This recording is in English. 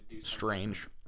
strange